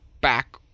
back